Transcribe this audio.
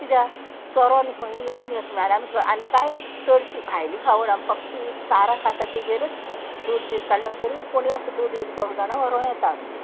किद्या चोरोन खंयी येवनी अशें म्हणल्यार आमी आनी कांयच चडशीं भायलीं खावड आमी फक्त चारां खाता तेजेरूच दूद बीत काडलें म्हणटगीर कोणी असो दूद एक दोग जाणां व्हरों येता आमगेर